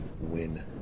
win